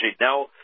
Now